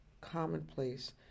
commonplace